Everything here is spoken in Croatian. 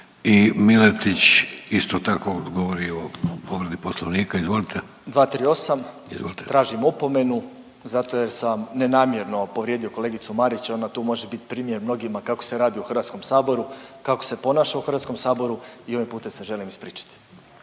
I Miletić, isto tako je govorio o povredi Poslovnika, izvolite. **Miletić, Marin (MOST)** 238. Tražim opomenu zato jer sam nenamjerno povrijedio kolegicu Marić, ona tu može bit primjer mnogima kako se radi u Hrvatskom saboru, kako se ponaša u Hrvatskom saboru i ovim putem se želim ispričati.